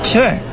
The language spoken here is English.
Sure